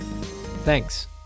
Thanks